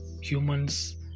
Humans